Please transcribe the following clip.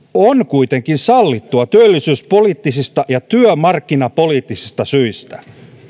on kuitenkin sallittua työllisyyspoliittisista ja työmarkkinapoliittisista syistä